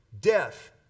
death